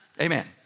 Amen